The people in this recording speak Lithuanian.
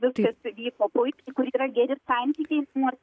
viskas vyko puikiai kur yra geri santykiai šeimoj